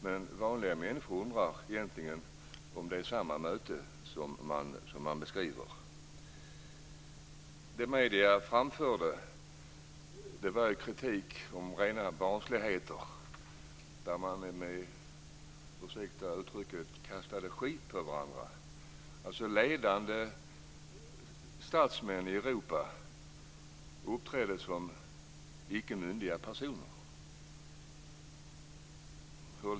Men vanliga människor undrar om det är samma möte som beskrivs. Det som medierna framförde var kritik mot rena barnsligheter, där man, ursäkta uttrycket, kastade skit på varandra. Ledande statsmän i Europa uppträdde som icke myndiga personer.